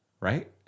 right